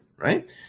Right